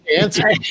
answer